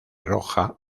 roja